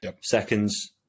Seconds